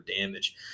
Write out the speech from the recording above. damage